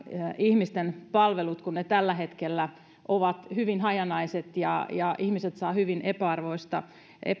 ihmisten palvelut kun ne tällä hetkellä ovat hyvin hajanaiset ja ja ihmiset saavat hyvin